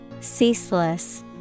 Ceaseless